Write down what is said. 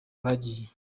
bagiye